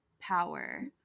power